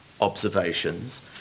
observations